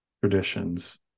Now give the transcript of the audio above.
traditions